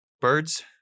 birds